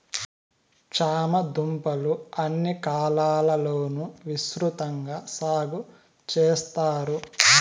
చామ దుంపలు అన్ని కాలాల లోనూ విసృతంగా సాగు చెత్తారు